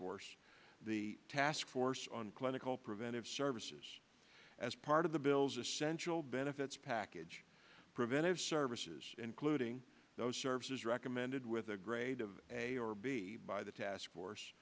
force the task force on clinical preventive services as part of the bill's essential benefits package preventive services including those services recommended with a grade of a or b by the task